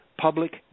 public